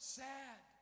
sad